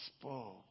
spoke